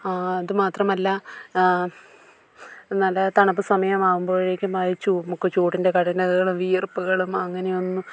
അത് മാത്രമല്ല നല്ല തണുപ്പ് സമയമാകുമ്പോഴേക്കും ആ നമുക്ക് ചൂടിൻ്റെ കഠിനതകളും വിയർപ്പുകളും അങ്ങനെയൊന്നും